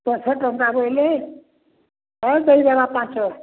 ଦଶ ଟଙ୍କା ବୋଇଲେ ହଁ ଦେଇ ଦବା ପାଞ୍ଚ